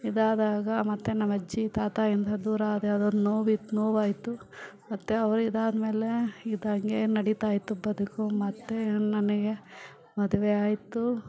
ಇದಾದಾಗ ಮತ್ತು ನಮ್ಮ ಅಜ್ಜಿ ತಾತಯಿಂದ ದೂರಾದೆ ಅದೊಂದು ನೋವಿತ್ತು ನೋವಾಯಿತು ಮತ್ತು ಅವ್ರು ಇದಾದಮೇಲೆ ಇದಂಗೆ ನಡೀತಾಯಿತ್ತು ಬದುಕು ಮತ್ತು ನನಗೆ ಮದುವೆ ಆಯಿತು